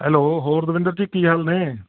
hello ਹੋਰ ਦਵਿੰਦਰ ਜੀ ਕੀ ਹਾਲ ਨੇ